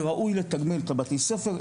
וראוי לתגמל את בתי הספר,